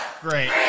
Great